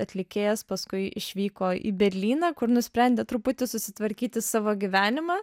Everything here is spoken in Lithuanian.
atlikėjas paskui išvyko į berlyną kur nusprendė truputį susitvarkyti savo gyvenimą